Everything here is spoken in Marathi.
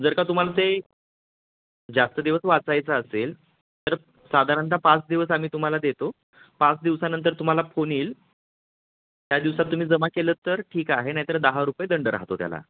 जर का तुम्हाला ते जास्त दिवस वाचायचं असेल तर साधारणत पाच दिवस आम्ही तुम्हाला देतो पाच दिवसानंतर तुम्हाला फोन येईल त्या दिवसात तुम्ही जमा केलं तर ठीक आहे नाहीतर दहा रुपये दंड राहतो त्याला